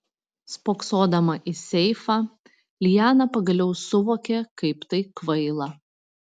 spoksodama į seifą liana pagaliau suvokė kaip tai kvaila